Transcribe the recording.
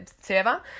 server